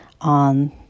on